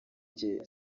jye